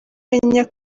menya